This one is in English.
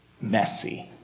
messy